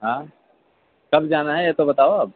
ہاں کب جانا ہے یہ تو بتاؤ اب